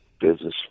business